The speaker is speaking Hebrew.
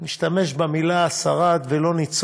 אני משתמש במילה שרד, ולא במילה ניצול,